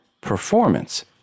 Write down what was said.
Performance